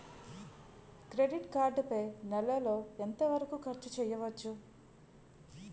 Credit card పై నెల లో ఎంత వరకూ ఖర్చు చేయవచ్చు?